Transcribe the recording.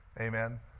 Amen